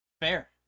Fair